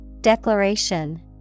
Declaration